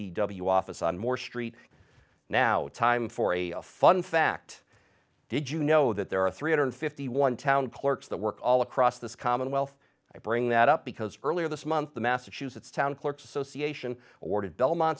p office on more street now time for a fun fact did you know that there are three hundred fifty one town clerks that work all across this commonwealth i bring that up because earlier this month the massachusetts town clerks association ordered belmont